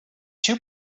two